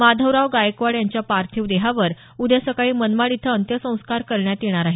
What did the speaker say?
माधवराव गायकवाड यांच्या पार्थिव देहावर उद्या सकाळी मनमाड इथं अंत्यसंस्कार करण्यात येणार आहेत